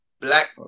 black